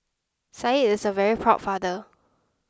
said is a very proud father